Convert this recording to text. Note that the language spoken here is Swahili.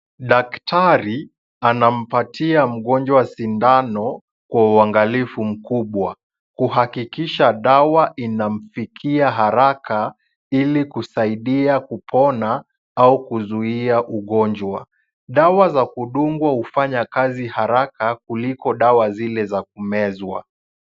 Daktari anampatia mgonjwa sindano kwa uangalifu mkubwa kuhakikisha dawa inamfikia haraka ili kusaidia kupona au kuzuia ugonjwa. Dawa za kudungwa hufanya kazi haraka kuliko dawa zile za kumezwa.